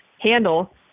handle